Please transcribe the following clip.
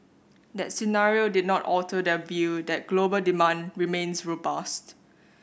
that scenario did not alter their view that global demand remains robust